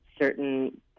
certain